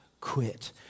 quit